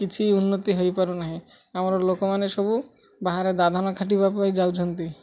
କିଛି ଉନ୍ନତି ହେଇପାରୁ ନାହିଁ ଆମର ଲୋକମାନେ ସବୁ ବାହାରେ ଦାଦନ ଖାଟିବା ପାଇଁ ଯାଉଛନ୍ତି